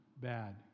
bad